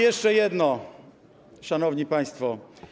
Jeszcze jedno, szanowni państwo.